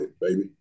baby